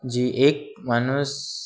जी एक माणूस